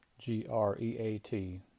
G-R-E-A-T